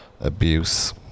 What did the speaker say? abuse